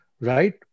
right